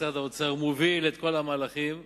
משרד האוצר מוביל את כל המהלכים,